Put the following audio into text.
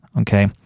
okay